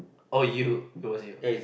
or you it was you okay